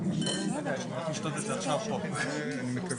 בנק לאומי,